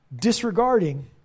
Disregarding